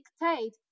dictate